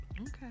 Okay